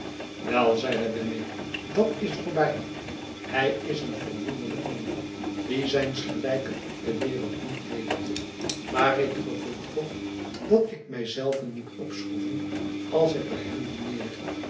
wel zeide wemmick dat is voorbij hij is een verwonderlijk man die zijns gelijken op de wereld niet heeft maar ik gevoel toch dat ik mij zelven moet opschroeven als ik bij hem dineer